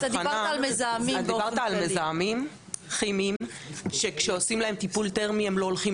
דיברת על מזהמים כימיים שכשעושים להם טיפול תרמי הם לא הולכים